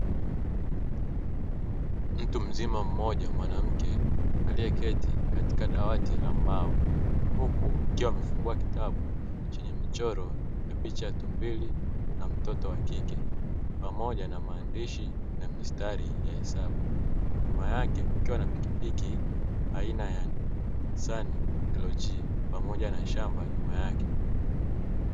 Mtu mzima mmoja mwanamke aliyeketi katika dawati la mbao huku akiwa amefungua kitabu chenye michoro ya picha ya tumbili na mtoto wa kike pamoja na maandishi na mistari ya hesabu nyuma yake kukiwa na pikipiki aina ya ''sun-lg'' pamoja na shamba nyuma yake.